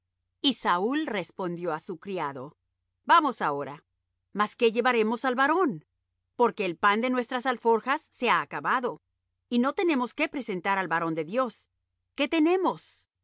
y saúl respondió á su criado vamos ahora mas qué llevaremos al varón porque el pan de nuestras alforjas se ha acabado y no tenemos qué presentar al varón de dios qué tenemos